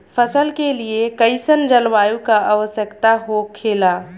फसल के लिए कईसन जलवायु का आवश्यकता हो खेला?